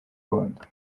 rwanda